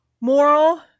moral